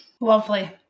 lovely